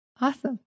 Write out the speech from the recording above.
Awesome